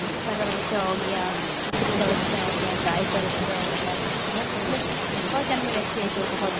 کتا کا بچہ ہو گیا بکری کا بچہ ہو گیا گائے کا بچہ ہو گیا مطلب بہت جانور ایسے ہے جو بہت